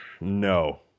No